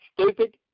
stupid